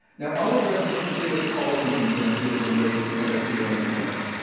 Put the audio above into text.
now, i'll address the two biggest policy concerns that have been raised about geoengineering.